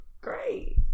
Great